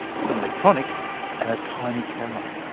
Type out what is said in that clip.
some electronics and a tiny camera.